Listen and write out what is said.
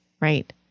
Right